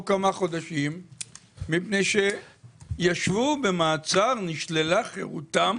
כמה חודשים מפני שישבו במעצר ונשללה חירותם